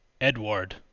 Edward